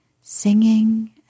singing